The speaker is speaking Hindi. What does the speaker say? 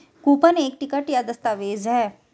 कूपन एक टिकट या दस्तावेज़ है